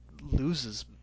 loses